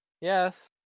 Yes